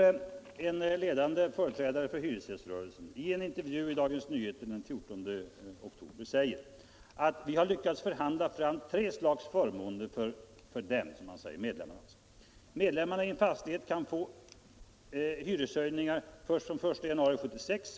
Det är därför betänkligt när en ledande företrädare för hyresgäströrelsen i en intervju i Dagens Nyheter den 14 oktober säger: ”Vi har lyckats förhandla fram tre slags förmåner för dem: Medlemmar i en fastighet kan få hyreshöjningar först från 1 januari 1976.